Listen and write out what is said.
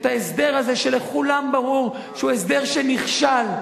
את ההסדר הזה שלכולם ברור שהוא הסדר שנכשל,